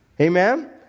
Amen